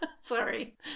Sorry